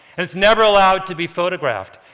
it's never allowed to be photographed.